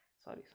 sorry